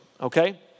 okay